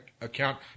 account